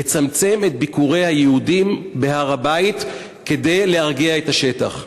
לצמצם את ביקורי היהודים בהר-הבית כדי להרגיע את השטח.